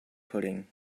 pudding